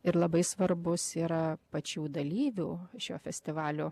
ir labai svarbus yra pačių dalyvių šio festivalio